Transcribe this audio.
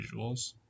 visuals